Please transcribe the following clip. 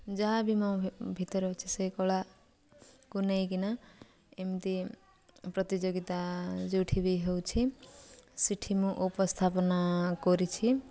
ଯାହା ବି ମୋ ଭିତରେ ଅଛି ସେଇ କଳାକୁ ନେଇକିନା ଏମିତି ପ୍ରତିଯୋଗିତା ଯେଉଁଠି ବି ହେଉଛି ସେଠି ମୁଁ ଉପସ୍ଥାପନା କରିଛି